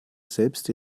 selbst